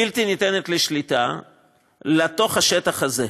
בלתי ניתנת לשליטה לתוך השטח הזה.